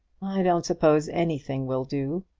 i don't suppose anything will do.